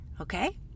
Okay